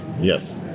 Yes